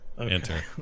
Enter